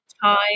time